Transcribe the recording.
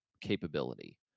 capability